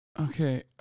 Okay